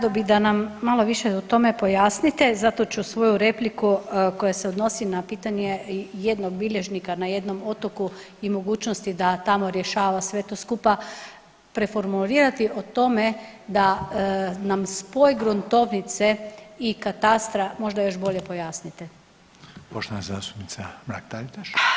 Rado bi da nam malo više o tome pojasnite zato ću svoju repliku koja se odnosi na pitanje jednog bilježnika na jednom otoku i mogućnosti da tamo rješava sve to skupa preformulirati o tome da nam spoj gruntovnice i katastra možda još bolje pojasnite.